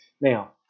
Now